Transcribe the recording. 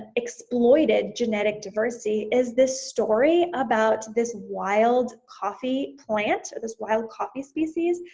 ah exploited genetic diversity is this story about this wild coffee plant, this wild coffee species,